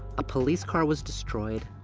a police car was destroyed,